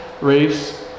race